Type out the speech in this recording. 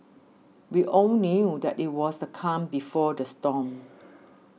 we all knew that it was the calm before the storm